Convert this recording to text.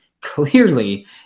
Clearly